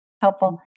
helpful